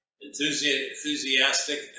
enthusiastic